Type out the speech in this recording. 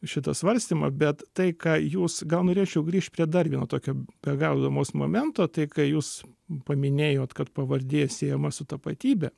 šitą svarstymą bet tai ką jūs gal norėčiau grįžt prie dar vieno tokio be galo įdmaus momento tai kai jūs paminėjot kad pavardė siejama su tapatybe